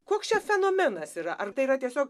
koks čia fenomenas yra ar tai yra tiesiog